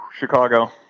Chicago